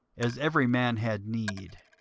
as every man had need.